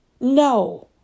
No